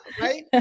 Right